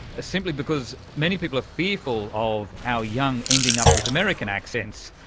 simply because many people are fearful of our young ending up with american accents.